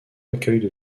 accueille